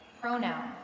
pronoun